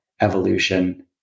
evolution